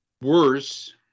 worse